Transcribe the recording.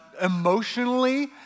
emotionally